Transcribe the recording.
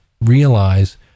realize